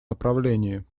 направлении